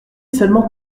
seulement